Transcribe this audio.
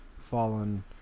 fallen